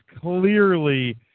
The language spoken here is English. clearly